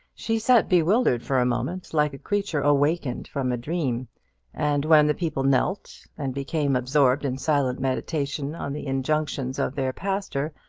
she sat bewildered for a moment, like a creature awakened from a dream and when the people knelt, and became absorbed in silent meditation on the injunctions of their pastor,